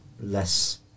less